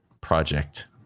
project